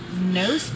No